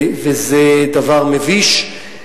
זה דבר מביש.